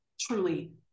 truly